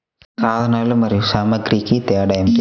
సాధనాలు మరియు సామాగ్రికి తేడా ఏమిటి?